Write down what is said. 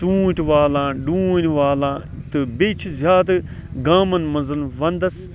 ژونٛٹھۍ والان ڈونۍ والان تہٕ بیٚیہِ چھِ زیادٕ گامَن مَنٛز وَنٛدَس